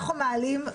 אנחנו מעלים,